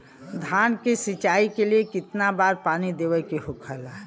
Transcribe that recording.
धान की सिंचाई के लिए कितना बार पानी देवल के होखेला?